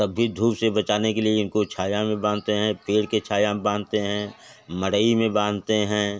तब भी धूप से बचाने के लिए इनको छाया में बांधते हैं पेड़ के छाया में बांधते हैं मढ़ई में बांधते है